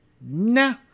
nah